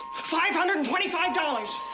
five hundred and twenty five dollars!